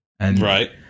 Right